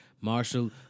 Marshall